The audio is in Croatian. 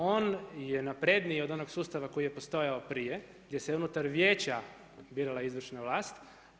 On je napredniji od onog sustava koji je postojao prije gdje se unutar vijeća birala izvršna vlast.